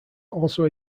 also